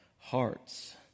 hearts